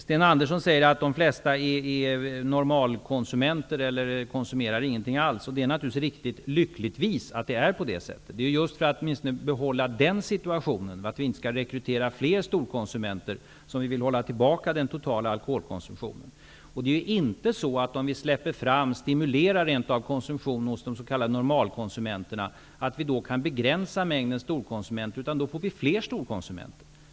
Sten Andersson säger att de flesta är normalkonsumenter eller konsumerar ingenting alls. Lyckligtvis är det riktigt. Det är just för att åtminstone inte fler storkonsumenter skall rekryteras som vi vill hålla tillbaka den totala alkoholkonsumtionen. Det går inte att samtidigt som vi stimulerar konsumtionen hos normalkonsumenterna begränsa mängden storkonsumenter. Då får vi fler storkonsumenter.